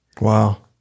wow